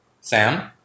Sam